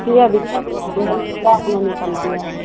किएक निकललिए दुनू साथमे लैके ने निकलतिअऽ